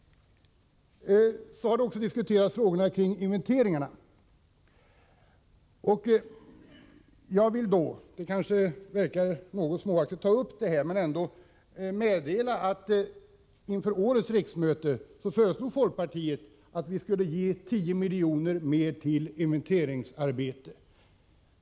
Vidare har frågorna kring inventeringar diskuterats. Jag vill då, även om det verkar småaktigt, peka på att folkpartiet under förra riksmötet föreslog att vi skulle anslå 10 milj.kr. mer till inventeringsarbete än regeringen föreslog.